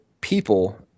people